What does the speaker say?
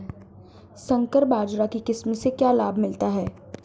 संकर बाजरा की किस्म से क्या लाभ मिलता है?